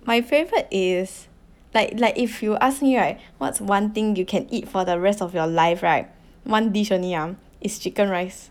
my favourite is like like if you ask me right what's one thing you can eat for the rest of your life right one dish only ah is chicken rice